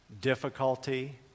difficulty